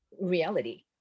reality